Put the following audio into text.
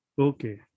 Okay